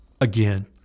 again